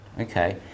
okay